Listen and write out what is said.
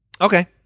Okay